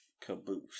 Caboose